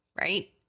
right